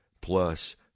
plus